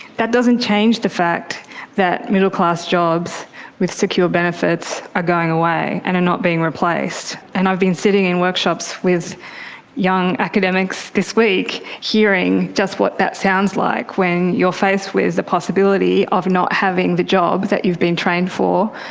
that doesn't change the fact that middle-class jobs with secure benefits are going away and are not being replaced. and i've been sitting in workshops with young young academics this week hearing just what that sounds like when you are faced with the possibility of not having the job that you've been trained for,